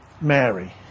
Mary